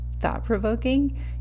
thought-provoking